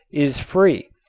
is free.